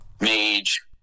Mage